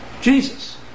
Jesus